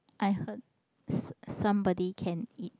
I heard some somebody can eat